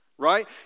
right